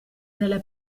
nelle